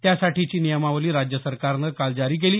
त्यासाठीची नियमावली राज्य सरकारनं काल जारी केली